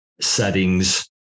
settings